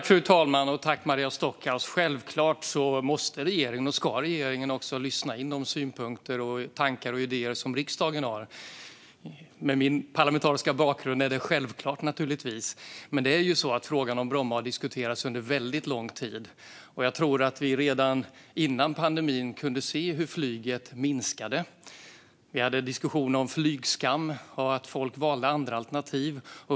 Fru talman! Tack, Maria Stockhaus, för frågan! Självklart ska regeringen också lyssna in de synpunkter, tankar och idéer som riksdagen har. Med min parlamentariska bakgrund är det naturligtvis självklart. Frågan om Bromma har diskuterats under väldigt lång tid. Jag tror att vi redan före pandemin kunde se hur flyget minskade. Vi hade diskussionen om flygskam och att folk valde andra alternativ.